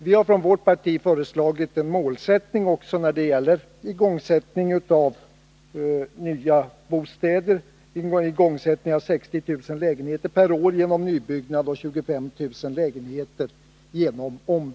Vårt parti har föreslagit en målsättning för bostadsbyggandet med igångsättning av nybyggnad av 60 000 lägenheter per år och ombyggnad av 25 000 lägenheter per år.